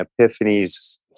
epiphanies